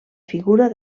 figura